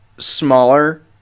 Smaller